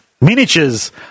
Miniatures